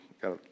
got